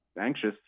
anxious